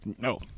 No